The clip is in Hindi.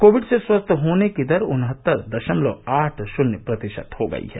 कोविड से स्वस्थ होने की दर उन्हत्तर दशमलव आठ शून्य प्रतिशत हो गई है